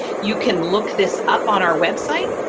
you can look this up on our website.